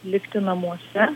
likti namuose